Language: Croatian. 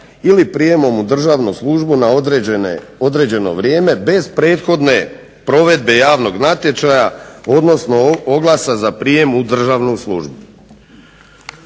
ili prijemom u državnu službu na određeno vrijeme, bez prethodne provedbe javnog natječaja, odnosno oglasa za prijem u državnu službu.